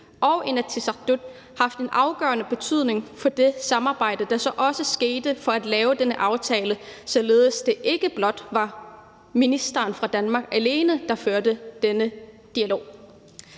og Inatsisartut haft en afgørende betydning for det samarbejde, der så også skete for at lave denne aftale, således at det ikke blot var ministeren fra Danmark alene, der førte denne dialog.